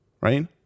right